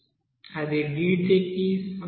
అది dt కి సమానం